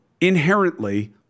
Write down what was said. inherently